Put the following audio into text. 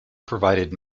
provided